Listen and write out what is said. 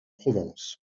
provence